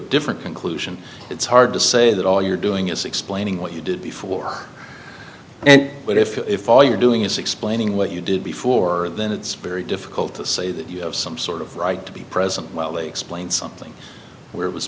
different conclusion it's hard to say that all you're doing is explaining what you did before and what if if all you're doing is explaining what you did before then it's very difficult to say that you have some sort of right to be present while they explain something where it was